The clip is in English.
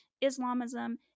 Islamism